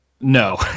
No